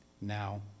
now